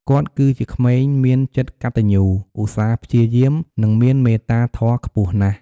គាត់គឺជាក្មេងមានចិត្តកតញ្ញូ ឧស្សាហ៍ព្យាយាម និងមានមេត្តាធម៌ខ្ពស់ណាស់។